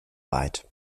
weit